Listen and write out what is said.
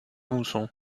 mousson